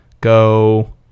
go